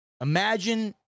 Imagine